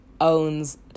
owns